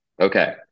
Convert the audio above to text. Okay